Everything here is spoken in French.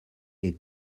est